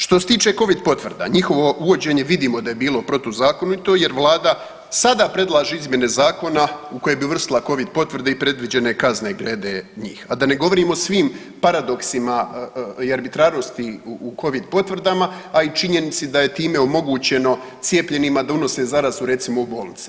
Što se tiče Covid potvrda, njihovo uvođenje vidimo da je bilo protuzakonito, jer Vlada sada predlaže Izmjene Zakona u koje bi uvrstila Covid potvrde i predviđene kazne glede njih, a da ne govorim o svim paradoksima i arbitrarnosti u Covid potvrdama, a i u činjenici da je time omogućeno cijepljenima da unose zarazu u bolnice.